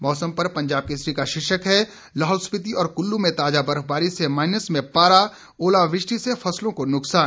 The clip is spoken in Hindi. मौसम पर पंजाब केसरी का शीर्षक है लाहौल स्पिति और कुल्लू में ताजा बर्फबारी से माइनस में पारा ओलावृष्टि से फसलों को नुकसान